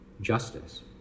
justice